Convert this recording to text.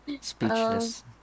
Speechless